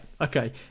okay